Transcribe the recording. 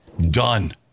Done